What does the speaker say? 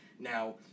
Now